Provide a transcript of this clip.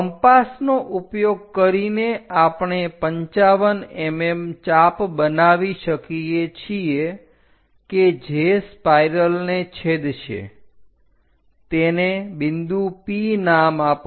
compass નો ઉપયોગ કરીને આપણે 55 mm ચાપ બનાવી શકીએ છીએ કે જે સ્પાઈલને છેદશે તેને બિંદુ P નામ આપો